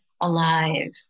alive